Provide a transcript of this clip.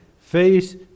face